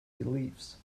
beliefs